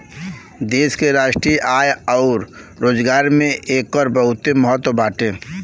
देश के राष्ट्रीय आय अउर रोजगार में एकर बहुते महत्व बाटे